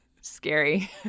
scary